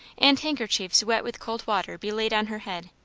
and handkerchiefs wet with cold water be laid on her head.